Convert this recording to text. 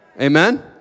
amen